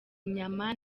inyama